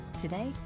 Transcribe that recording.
Today